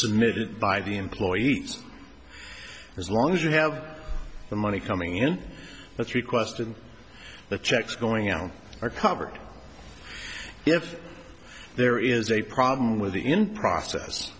submitted by the employees as long as you have the money coming in that's requested the checks going out are covered if there is a problem with the in process